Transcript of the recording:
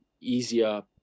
easier